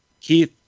Keith